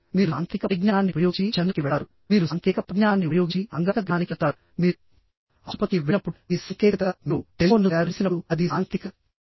కాబట్టి మీరు సాంకేతిక పరిజ్ఞానాన్ని ఉపయోగించి చంద్రుడికి వెళతారు మీరు సాంకేతిక పరిజ్ఞానాన్ని ఉపయోగించి అంగారక గ్రహానికి వెళతారు మీరు ఆసుపత్రికి వెళ్ళినప్పుడు అది సాంకేతికత మీరు టెలిఫోన్ను తయారు చేసినప్పుడు అది సాంకేతికత